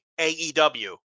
AEW